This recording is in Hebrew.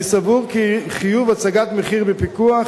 אני סבור כי חיוב הצגת מחיר שבפיקוח